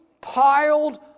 piled